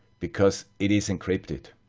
because it is encrypted.